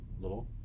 little